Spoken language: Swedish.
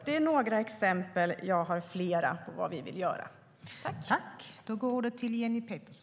Detta är några exempel på vad vi vill göra, och jag har flera.